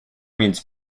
means